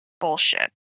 bullshit